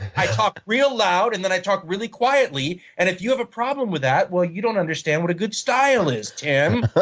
i talk real loud, and then i talk really quietly and if you have a problem with that, you don't understand what a good style is, tim.